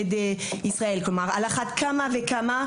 על אחת כמה וכמה,